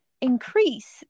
increase